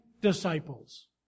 disciples